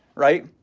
right,